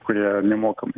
kurie nemokamai